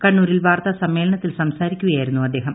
കണ്ണൂരിൽ വാർത്താ സമ്മേളനത്തിൽ സംസാരിക്കുകയായിരുന്നു അദ്ദേഹം